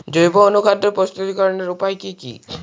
জৈব অনুখাদ্য প্রস্তুতিকরনের উপায় কী কী?